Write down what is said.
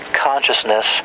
consciousness